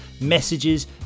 messages